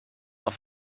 auf